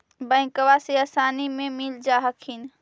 बैंकबा से आसानी मे मिल जा हखिन?